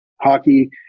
hockey